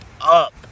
up